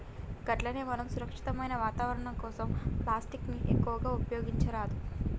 గట్లనే మనం సురక్షితమైన వాతావరణం కోసం ప్లాస్టిక్ ని ఎక్కువగా ఉపయోగించరాదు